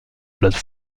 plate